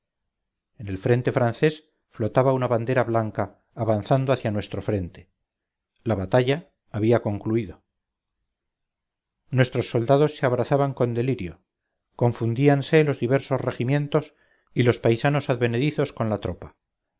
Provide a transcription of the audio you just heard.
en el frente francés flotaba una bandera blanca avanzando hacia nuestro frente la batalla había concluido nuestros soldados se abrazaban con delirio confundíanse los diversos regimientos y los paisanos advenedizos con la tropa